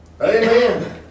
Amen